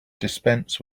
dispense